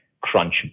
crunch